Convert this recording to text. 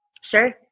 Sure